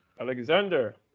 Alexander